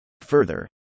Further